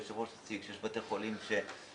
היושב ראש אמר שיש בתי חולים שמסכימים